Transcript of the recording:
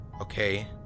okay